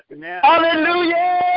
Hallelujah